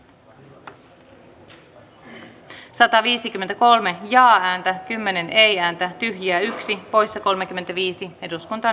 touko aallon ja kari uotilan ehdotukset ovat samansisältöiset joten niistä äänestetään yhdessä timo harakan ehdotusta vastaan ja sitten voittaneesta mietintöä vastaan